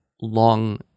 long